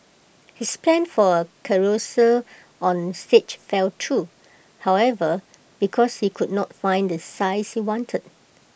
his plan for A carousel on stage fell through however because he could not find the size he wanted